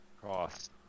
cross